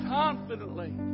confidently